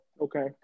Okay